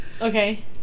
Okay